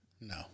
No